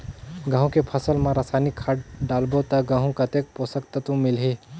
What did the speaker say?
गंहू के फसल मा रसायनिक खाद डालबो ता गंहू कतेक पोषक तत्व मिलही?